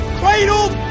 cradled